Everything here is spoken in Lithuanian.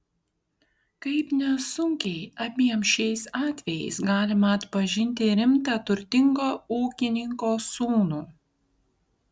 kaip nesunkiai abiem šiais atvejais galima atpažinti rimtą turtingo ūkininko sūnų